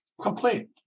complete